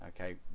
Okay